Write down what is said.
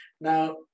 Now